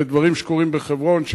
אלה דברים שקורים בחברון,